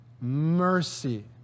mercy